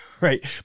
right